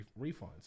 refunds